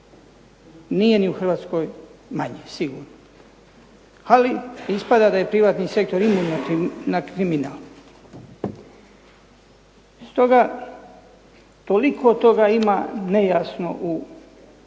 nije i u Hrvatskoj manje sigurno. Ali ispada da je privatni sektor imun na kriminal. Stoga toliko toga ima nejasno u prodaji